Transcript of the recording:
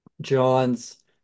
John's